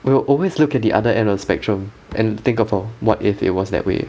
we will always look at the other end of the spectrum and think about what if it was that way